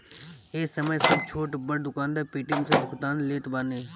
ए समय सब छोट बड़ दुकानदार पेटीएम से भुगतान लेत बाने